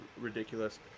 ridiculous